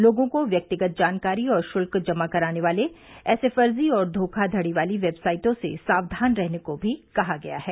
लोगों को व्यक्तिगत जानकारी और शुल्क जमा कराने वाले ऐसे फर्जी और धोखाधड़ी वाली वेबसाइटों से सावधान रहने को भी कहा गया है